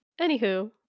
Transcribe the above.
anywho